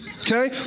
okay